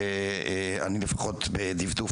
שאני לפחות בדפדוף,